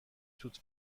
توت